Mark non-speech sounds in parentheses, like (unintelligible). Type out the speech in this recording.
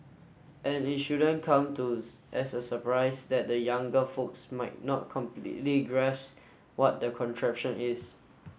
and it shouldn't come to (unintelligible) as a surprise that the younger folks might not completely grasp what the contraption is